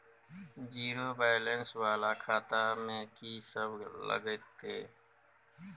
Zero balance वाला खाता में की सब लगतै?